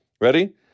Ready